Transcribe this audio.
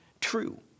true